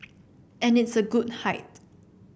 and it's a good height